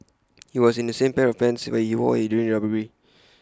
he was in the same pair of pants he wore during the robbery